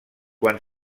quan